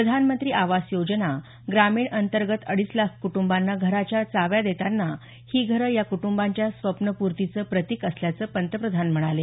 प्रधानमंत्री आवास योजना ग्रामीण अंतर्गत अडीच लाख कुटंबांना घराच्या चाव्या देतांना ही घरं या कुटुंबांच्या स्वप्नपूर्तीचं प्रतीक असल्याचं पंतप्रधान म्हणाले